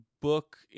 book